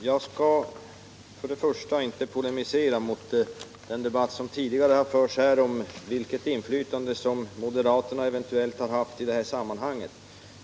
Herr talman! Jag skall inte gå in i den debatt som tidigare har förts om vilket inflytande som moderaterna eventuellt har haft i det här sammanhanget.